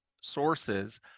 sources